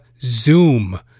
Zoom